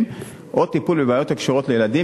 או טיפול בבעיות הקשורות לילדים.